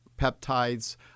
peptides